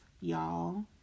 y'all